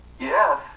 Yes